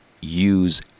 use